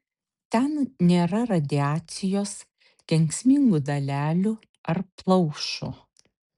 ten nėra radiacijos kenksmingų dalelių ar plaušų